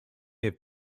have